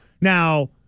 Now